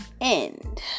end